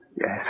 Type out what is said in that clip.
Yes